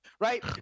right